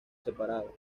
separado